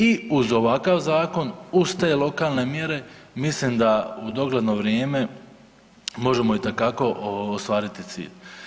I uz ovakav zakoni, uz te lokalne mjere mislim da u dogledno vrijeme možemo itekako ostvariti cilj.